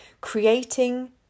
creating